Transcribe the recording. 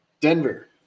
Denver